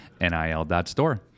NIL.Store